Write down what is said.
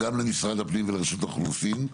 גם למשרד הפנים ולרשות האוכלוסין.